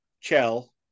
Chell